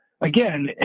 Again